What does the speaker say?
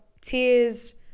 tears